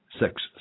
six